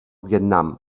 vietnam